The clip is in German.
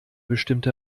bestimmte